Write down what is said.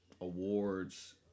Awards